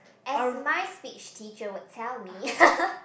as my speech teacher would tell me